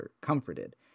comforted